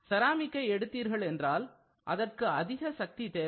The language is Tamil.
செராமிக்கை எடுத்தீர்கள் என்றால் அதற்கு அதிக சக்தி தேவை